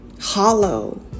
hollow